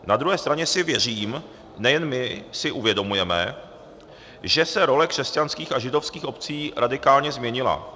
Na druhé straně si, věřím, nejen my uvědomujeme, že se role křesťanských a židovských obcí radikálně změnila.